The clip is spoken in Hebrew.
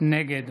נגד